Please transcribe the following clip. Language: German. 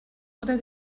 oder